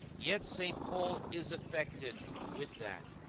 yet st. paul is affected with that,